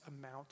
amount